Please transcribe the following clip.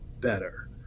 better